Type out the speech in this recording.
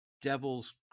devil's